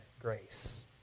grace